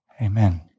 Amen